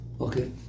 Okay